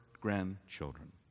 grandchildren